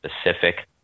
specific